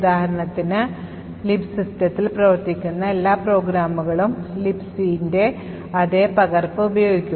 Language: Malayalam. ഉദാഹരണത്തിന് Lib സിസ്റ്റത്തിൽ പ്രവർത്തിക്കുന്ന എല്ലാ പ്രോഗ്രാമുകളും Libcൻറെ അതേ പകർപ്പ് ഉപയോഗിക്കും